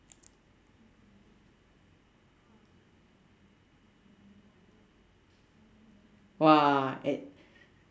!wah! eh